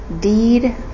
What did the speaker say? deed